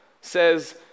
says